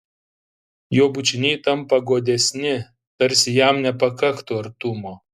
jo bučiniai tampa godesni tarsi jam nepakaktų artumo